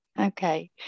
Okay